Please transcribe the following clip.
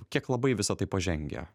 kiek labai visa tai pažengę